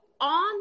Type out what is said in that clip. on